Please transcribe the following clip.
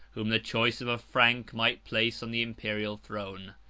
whom the choice of a frank might place on the imperial throne.